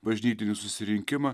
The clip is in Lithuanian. bažnytinį susirinkimą